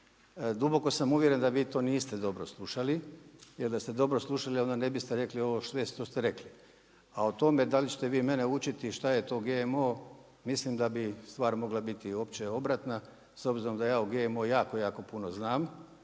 Duboko sam uvjeren da vi to niste dobro slušali jer da ste dobro slušali onda ne biste rekli ovo sve što ste rekli, a o tome da li ćete vi mene učiti šta je to GMO mislim da bi stvar mogla biti uopće obratna s obzirom da ja o GMO jako, jako puno znam